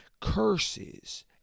curses